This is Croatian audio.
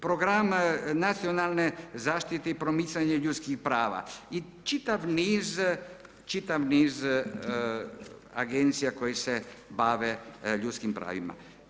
Program nacionalne zaštite i promicanja ljudskih prava i čitav niz, čitav niz agencija koje se bave ljudskim pravima.